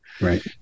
right